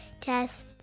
tests